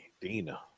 dina